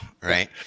right